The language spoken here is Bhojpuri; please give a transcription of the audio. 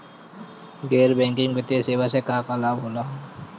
गैर बैंकिंग वित्तीय सेवाएं से का का लाभ होला?